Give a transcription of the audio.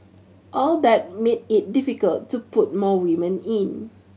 all that made it difficult to put more women in